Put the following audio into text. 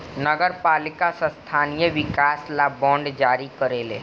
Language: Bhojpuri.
नगर पालिका स्थानीय विकास ला बांड जारी करेले